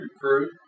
crew